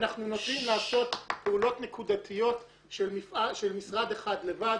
אנחנו נוטים לעשות פעולות נקודתיות של משרד אחד לבד,